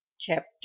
Chapter